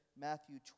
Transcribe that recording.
Matthew